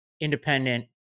independent